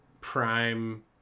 prime